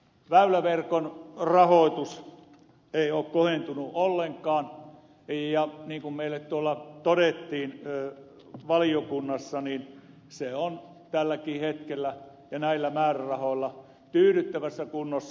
väyläverkon rahoitus ei ole kohentunut ollenkaan ja niin kuin meille tuolla todettiin valiokunnassa se on tälläkin hetkellä ja näillä määrärahoilla tyydyttävässä kunnossa